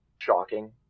shocking